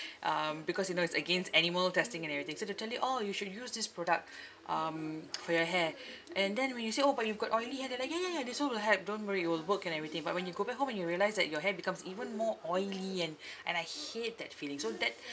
um because you know it's against animal testing and everything so they tell you orh you should use this product um for your hair and then when you say orh but you've got oily hair they're like ya ya ya this one will help don't worry it will work and everything but when you go back home and you realised that your hair becomes even more oily and and I hate that feeling so that